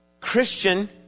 Christian